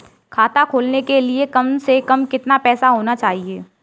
खाता खोलने के लिए कम से कम कितना पैसा होना चाहिए?